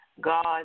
God